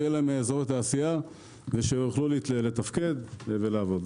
שיהיו להם אזורי תעשייה ושהם יוכלו לתפקד ולעבוד.